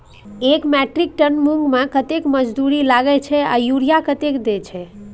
एक metric ton मूंग में कतेक मजदूरी लागे छै आर यूरिया कतेक देर छै?